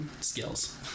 skills